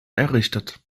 errichtet